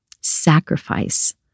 sacrifice